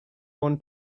own